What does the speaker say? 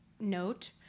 note